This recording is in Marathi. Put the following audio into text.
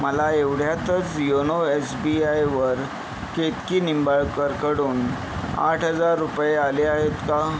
मला एवढ्यातच योनो एस बी आयवर केतकी निंबाळकरकडून आठ हजार रुपये आले आहेत का